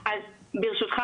אז ברשותך,